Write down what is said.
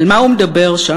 על מה הוא מדבר שם?